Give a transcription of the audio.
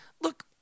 look